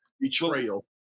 Betrayal